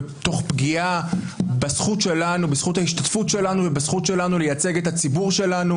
תוך פגיעה בזכות ההשתתפות שלנו ובזכות שלנו לייצג את הציבור שלנו.